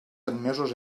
admesos